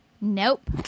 Nope